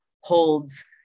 holds